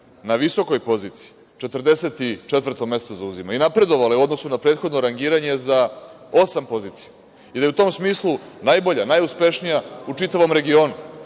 na visokoj poziciji. Zauzima 44. mesto i napredovala je u odnosu na prethodno rangiranje za osam pozicija i da je u tom smislu najbolja, najuspešnija u čitavom regionu,